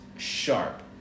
Sharp